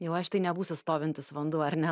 jau aš tai nebūsiu stovintis vanduo ar ne